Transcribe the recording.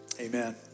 amen